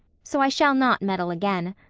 so i shall not meddle again.